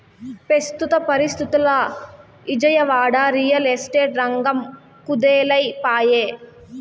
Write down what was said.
పెస్తుత పరిస్తితుల్ల Vijayawada, real estate రంగం కుదేలై పాయె